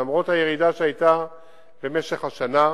למרות הירידה שהיתה במשך השנה.